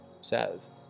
says